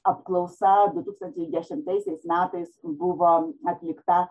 apklausa du tūkstančiai dešimtaisiais metais buvo atlikta